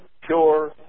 pure